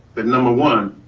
but number one,